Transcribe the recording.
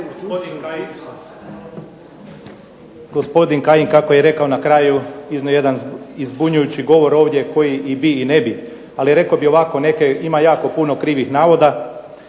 gospodin Kajin kako je rekao na kraju, iznio je jedan zbunjujući govor ovdje koji i bi i ne bi, ali rekao bih ovako, neke ima jako puno krivih navoda,